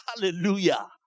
Hallelujah